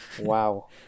Wow